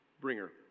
bringer